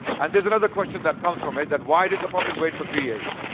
and there's another question that comes from it, that why did the prophet wait for three years?